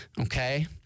okay